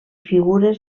figures